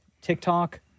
TikTok